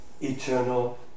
eternal